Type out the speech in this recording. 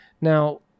now